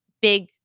big